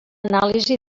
anàlisi